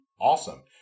awesome